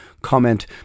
comment